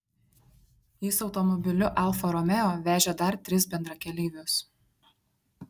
jis automobiliu alfa romeo vežė dar tris bendrakeleivius